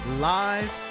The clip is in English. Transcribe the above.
live